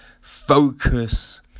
focus